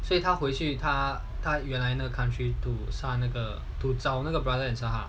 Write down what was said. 所以他回去他他原来那个 country to 杀那个 to 找那个 brother and 杀他